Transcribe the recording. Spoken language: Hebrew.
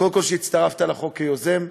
קודם כול על שהצטרפת לחוק כיוזם,